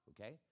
okay